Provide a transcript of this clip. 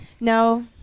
No